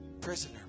prisoner